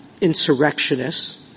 insurrectionists